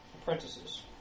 apprentices